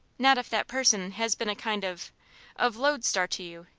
not if that person has been a kind of of lode-star to you,